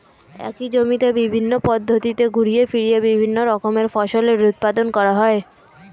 একই জমিতে বিভিন্ন পদ্ধতিতে ঘুরিয়ে ফিরিয়ে বিভিন্ন রকমের ফসলের উৎপাদন করা হয়